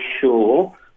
sure